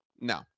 No